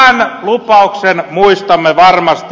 tämän lupauksen muistamme varmasti